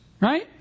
right